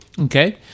Okay